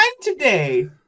today